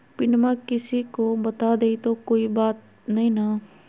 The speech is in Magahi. पिनमा किसी को बता देई तो कोइ बात नहि ना?